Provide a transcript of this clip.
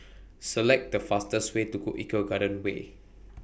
Select The fastest Way to Eco Garden Way